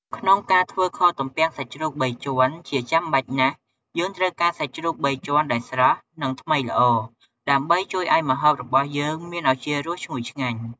ក្នុងការធ្វើខទំពាំងសាច់ជ្រូកបីជាន់ ជាចាំបាច់ណាស់ យើងត្រូវការសាច់ជ្រូកបីជាន់ ដែលស្រស់ និងថ្មីល្អ ដើម្បីជួយឱ្យម្ហូបរបស់យើងមានឱជារសឈ្ងុយឆ្ងាញ់។